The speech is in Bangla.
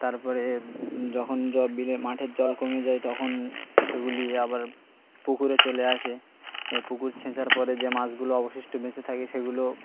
তার পরে যখন জল বিলে মাঠের জল কমে যায় তখন সেগুলি আবার পুকুরে চলে আসে পুকুর ছেঁচার পরে যে মাছগুলো অবশিষ্ট বেঁচে থাকে সেগুলো